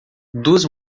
duas